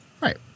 Right